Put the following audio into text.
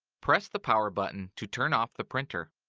press the power button to turn off the printer.